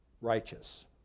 Righteous